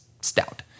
stout